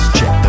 Check